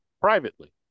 privately